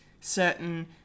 certain